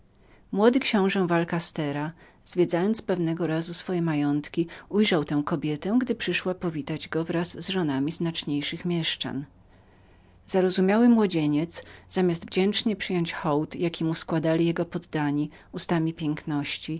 młody książe val castera zwiedzając pewnego razu swoje majątki ujrzał tę kobietę która przyszła powitać go wraz z innemi żonami znaczniejszych mieszczan zarozumiały młodzieniec zamiast wdzięcznego przyjęcia hołdu jaki mu składali jego poddani ustami piękności